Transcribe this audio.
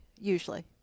usually